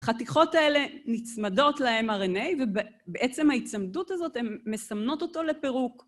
החתיכות האלה נצמדות ל-mRNA, ובעצם ההצמדות הזאת, הן מסמנות אותו לפירוק.